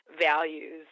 values